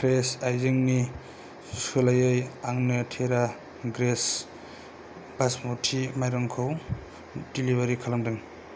fresh हायजेंनि सोलायै आंनो तेरा ग्रिन्स बास्मति माइरंखौ डेलिबारि खालामदों